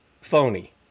phony